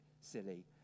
silly